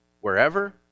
Wherever